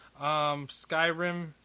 Skyrim